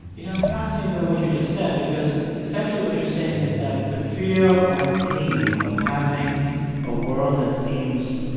you know, i'm fascinated by what you just said because essentially what you're saying is that the fear or the pain of having a world that seems,